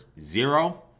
zero